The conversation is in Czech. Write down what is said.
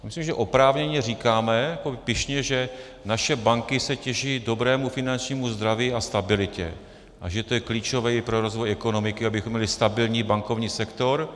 Myslím, že oprávněně a pyšně říkáme, že naše banky se těší dobrému finančnímu zdraví a stabilitě a že to je klíčové i pro rozvoj ekonomiky, abychom měli stabilní bankovní sektor.